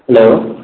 hello